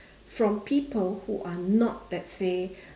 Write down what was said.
from people who are not let's say